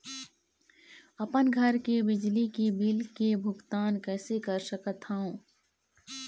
अपन घर के बिजली के बिल के भुगतान कैसे कर सकत हव?